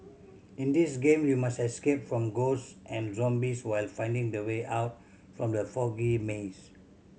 in this game you must escape from ghost and zombies while finding the way out from the foggy maze